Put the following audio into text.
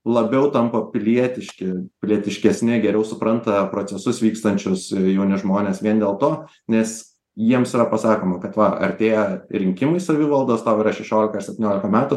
labiau tampa pilietiški pilietiškesni geriau supranta procesus vykstančius jauni žmonės vien dėl to nes jiems yra pasakoma kad va artėja rinkimai savivaldos tau yra šešiolika ar septyniolika metų